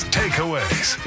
takeaways